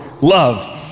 love